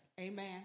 Amen